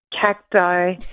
cacti